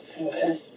Okay